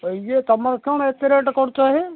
ଏଇ ତୁମର କ'ଣ ଏତେ ରେଟ୍ କରୁଛ ହେ